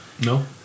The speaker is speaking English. No